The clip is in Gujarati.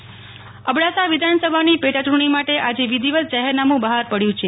અબડાસા પેટા ચૂંટણી અબડાસા વિધાનસભાની પેટાચૂંટણી માટે આજે વિધિવત જાહેરનામું બહાર પડ્યું છે